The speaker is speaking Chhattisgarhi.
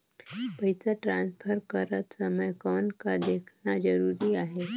पइसा ट्रांसफर करत समय कौन का देखना ज़रूरी आहे?